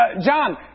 John